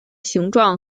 形状